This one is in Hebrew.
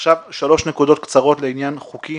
שלוש נקודות קצרות לעניין חוקי